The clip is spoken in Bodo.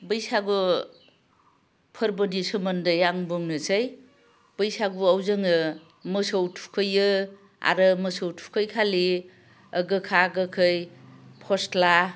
बैसागु फोरबोनि सोमोन्दै आं बुंनोसै बैसागुआव जोङो मोसौ थुखैयो आरो मोसौ थुखैखालि गोखा गोखै फस्ला